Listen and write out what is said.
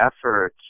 effort